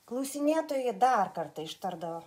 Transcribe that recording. klausinėtojai dar kartą ištardavo